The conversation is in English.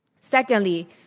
Secondly